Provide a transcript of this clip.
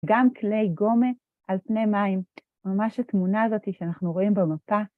גם כלי גומה על פני מים, ממש התמונה הזאת שאנחנו רואים במפה.